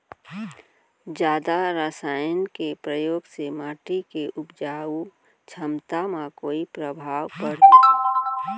जादा रसायन के प्रयोग से माटी के उपजाऊ क्षमता म कोई प्रभाव पड़ही का?